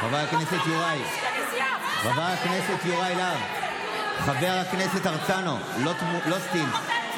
חבר הכנסת יוראי להב, חבר הכנסת הרצנו, לא סרט.